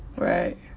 right